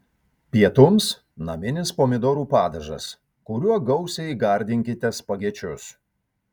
pietums naminis pomidorų padažas kuriuo gausiai gardinkite spagečius